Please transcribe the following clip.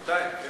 שנתיים, כן.